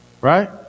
right